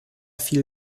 viel